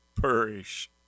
perish